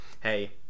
hey